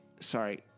Sorry